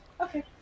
Okay